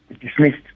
dismissed